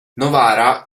novara